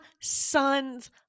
son's